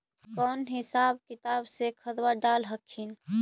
कौन हिसाब किताब से खदबा डाल हखिन?